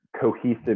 cohesive